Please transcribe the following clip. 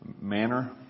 manner